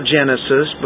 Genesis